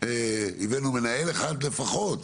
הבאנו מנהל אחד לפחות,